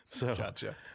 Gotcha